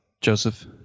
Joseph